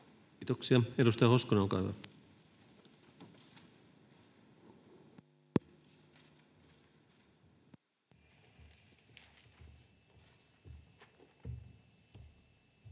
Kiitos. — Edustaja Hoskonen, olkaa hyvä.